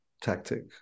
tactic